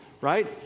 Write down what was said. right